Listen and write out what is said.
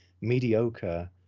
mediocre